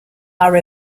are